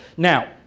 now,